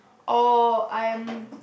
or I'm